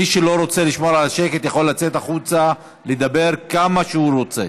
מי שלא רוצה לשמור על השקט יכול לצאת החוצה לדבר כמה שהוא רוצה.